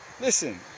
Listen